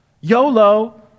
YOLO